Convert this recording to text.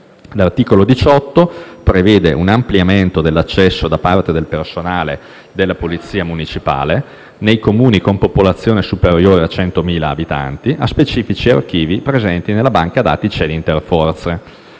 L'articolo 18 prevede un ampliamento dell'accesso da parte del personale della polizia municipale, nei Comuni con popolazione superiore a 100.000 abitanti, a specifici archivi presenti nella banca dati CED interforze.